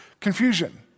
confusion